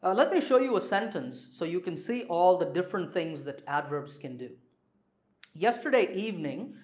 ah llet me show you a sentence so you can see all the different things that adverbs can do yesterday evening,